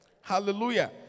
Hallelujah